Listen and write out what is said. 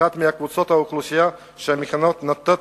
אחת מקבוצות האוכלוסייה שהמכינות נותנות